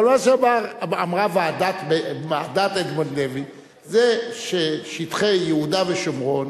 אבל מה שאמרה ועדת אדמונד לוי זה ששטחי יהודה ושומרון